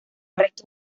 restos